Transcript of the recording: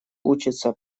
учится